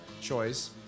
choice